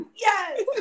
yes